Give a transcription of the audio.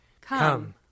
Come